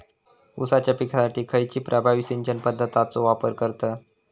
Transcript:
ऊसाच्या पिकासाठी खैयची प्रभावी सिंचन पद्धताचो वापर करतत?